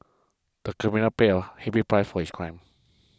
the criminal paid a heavy price for his crime